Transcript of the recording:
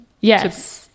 Yes